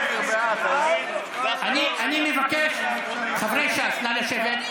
אני מבקש, חברי ש"ס, נא לשבת.